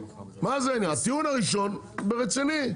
הטיעון הראשון רציני,